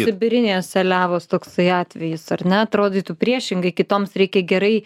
sibirinės seliavos toksai atvejis ar ne atrodytų priešingai kitoms reikia gerai